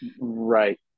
right